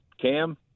Cam